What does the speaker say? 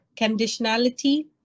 conditionality